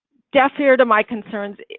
deaf ear to my concerns.